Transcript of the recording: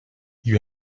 you